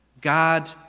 God